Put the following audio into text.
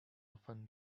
often